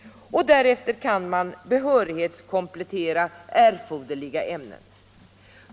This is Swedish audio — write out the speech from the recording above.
Därefter kan man behörighetskomplettera erforderliga ämnen.